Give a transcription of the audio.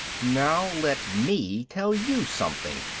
now let me tell you something,